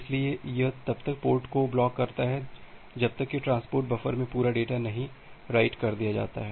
इसलिए यह तब तक पोर्ट को ब्लॉक करता है जब तक कि ट्रांसपोर्ट बफर में पूरा डेटा नहीं राईट कर दिया जाता है